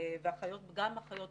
וגם אחיות,